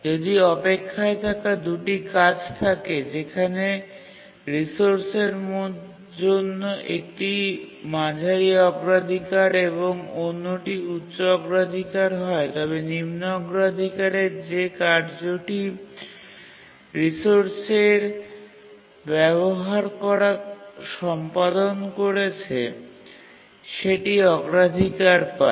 যদি অপেক্ষায় থাকা ২ টি কাজ থাকে যেখানে রিসোর্সের জন্য একটি মাঝারি অগ্রাধিকার এবং অন্যটি উচ্চ অগ্রাধিকার হয় তবে নিম্ন অগ্রাধিকারের যে কাজটি রিসোর্সের ব্যবহার করা সম্পাদন করেছে সেটি অগ্রাধিকার পায়